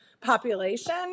population